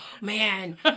Man